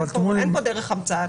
אין כאן דרך המצאה.